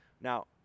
now